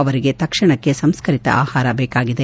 ಅವರಿಗೆ ತಕ್ಷಣಕ್ಕೆ ಸಂಸ್ಕರಿತ ಆಹಾರ ಬೇಕಾಗಿದೆ